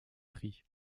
prix